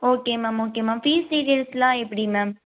okay ma'am okay ma'am fees details எல்லாம் எப்படி ma'am